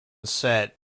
set